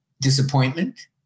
disappointment